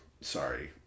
Sorry